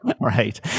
right